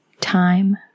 Time